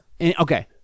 okay